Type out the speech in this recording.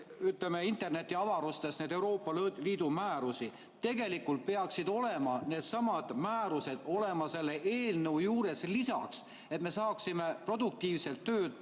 ütleme, internetiavarustest neid Euroopa Liidu määrusi otsima. Tegelikult peaksid olema needsamad määrused selle eelnõu juures lisas, et me saaksime produktiivselt töötada,